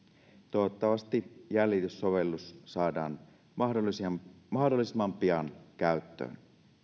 toivottavasti jäljityssovellus saadaan mahdollisimman mahdollisimman pian käyttöön